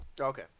Okay